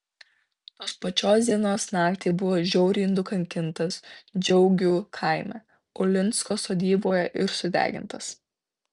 tos pačios dienos naktį buvo žiauriai nukankintas džiaugių kaime ulinsko sodyboje ir sudegintas